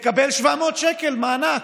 מקבל 700 שקל מענק.